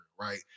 Right